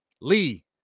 Lee